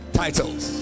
titles